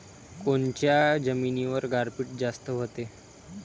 कोनच्या जमिनीवर गारपीट जास्त व्हते?